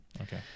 okay